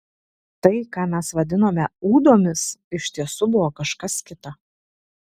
tai ką mes vadinome ūdomis iš tiesų buvo kažkas kita